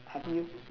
have you